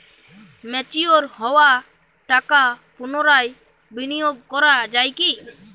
Mature হওয়া টাকা পুনরায় বিনিয়োগ করা য়ায় কি?